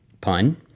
Pun